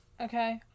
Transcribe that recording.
Okay